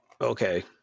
okay